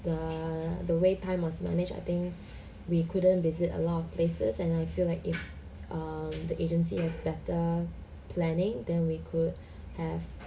the the way time was manage I think we couldn't visit a lot of places and I feel like if um the agency has better planning then we could have